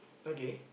okay